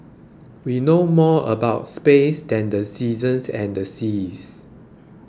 we know more about space than the seasons and the seas